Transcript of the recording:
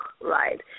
right